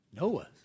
Noah's